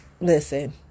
listen